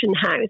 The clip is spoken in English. house